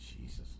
Jesus